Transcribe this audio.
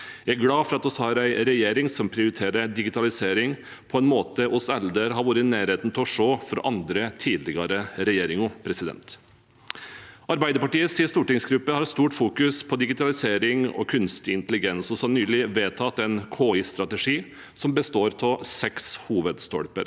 Jeg er glad for at vi har en regjering som prioriterer digitalisering på en måte vi aldri har vært i nærheten av å se fra andre tidligere regjeringer. Arbeiderpartiets stortingsgruppe har et sterkt fokus på digitalisering og kunstig intelligens. Vi har nylig vedtatt en KI-strategi som består av seks hovedstolper.